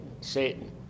Satan